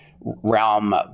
realm